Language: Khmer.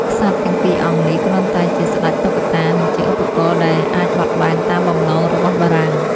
ក្សត្រទាំងពីរអង្គនេះគ្រាន់តែជាស្តេចតុក្កតា និងជាឧបករណ៍ដែលអាចបត់បែនតាមបំណងរបស់បារាំង។